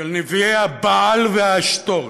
של נביאי הבעל והעשתורת,